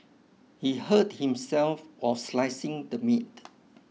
he hurt himself while slicing the meat